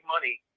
money